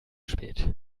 spät